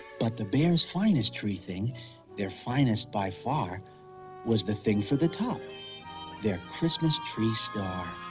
but the bear's finest tree thing their finest by far was the thing for the top their christmas tree star!